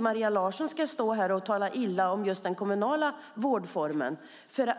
Maria Larsson kanske inte ska stå här och tala illa om just den kommunala vårdformen, för